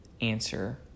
answer